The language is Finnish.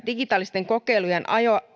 digitaalisten kokeilujen